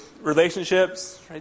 relationships